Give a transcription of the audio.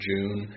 June